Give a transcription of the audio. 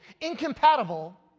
Incompatible